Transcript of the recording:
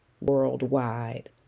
worldwide